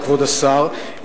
כבוד השר,